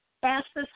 fastest